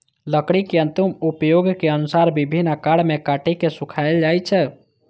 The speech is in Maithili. लकड़ी के अंतिम उपयोगक अनुसार विभिन्न आकार मे काटि के सुखाएल जाइ छै